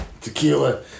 Tequila